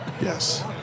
Yes